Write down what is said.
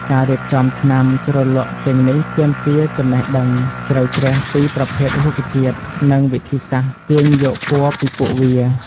ការរៀបចំថ្នាំជ្រលក់ទាំងនេះទាមទារចំណេះដឹងជ្រៅជ្រះពីប្រភេទរុក្ខជាតិនិងវិធីសាស្ត្រទាញយកពណ៌ពីពួកវា។